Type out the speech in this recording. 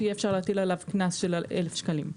יהיה אפשר להטיל עליו קנס של 1,000 שקלים.